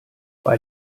bei